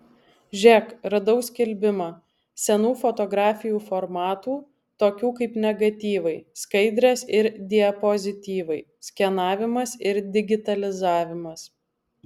žėk radau skelbimą senų fotografijų formatų tokių kaip negatyvai skaidrės ir diapozityvai skenavimas ir digitalizavimas